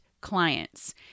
clients